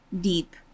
deep